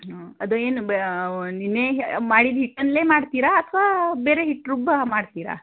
ಹ್ಞೂಂ ಅದು ಏನು ನಿನ್ನೆ ಮಾಡಿದ ಹಿಟ್ಟಲ್ಲೇ ಮಾಡ್ತೀರಾ ಅಥವಾ ಬೇರೆ ಹಿಟ್ಟು ರುಬ್ಬಿ ಮಾಡ್ತೀರ